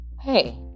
hey